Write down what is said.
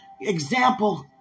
example